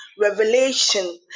revelation